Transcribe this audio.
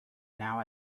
now